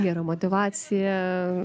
gera motyvacija